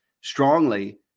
strongly